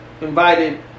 invited